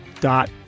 dot